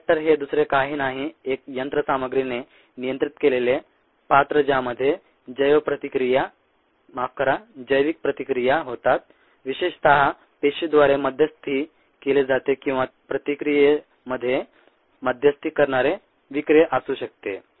bioreactor हे दुसरे काही नाही एक यंत्रसामग्रीने नियंत्रित केलेले पात्र ज्यामध्ये जैविकप्रतिक्रिया होतात विशेषत पेशींद्वारे मध्यस्थी केली जाते किंवा ते प्रतिक्रिये मध्ये मध्यस्थी करणारे विकरे असू शकते